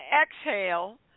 exhale